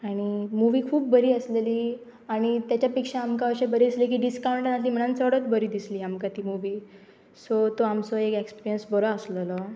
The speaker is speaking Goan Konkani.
आनी मुवी खूब बरी आसलेली आनी तेच्या पेक्षा आमकां अशें बरी आसलें की डिस्कावंट नासली म्हणन चडच बरी दिसली आमकां ती मुवी सो तो आमचो एक एक्सपिरियंस बरो आसलेलो